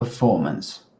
performance